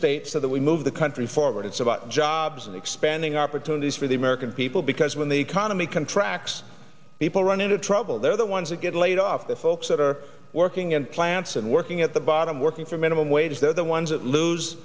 state so that we move the country forward it's about jobs and expanding opportunities for the american people because when the economy contracts people run into trouble they're the ones that get laid off the folks that or working in plants and working at the bottom working for minimum wage they're the ones that lose